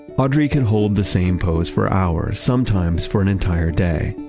audrey could hold the same pose for hours sometimes for an entire day.